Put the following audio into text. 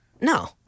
No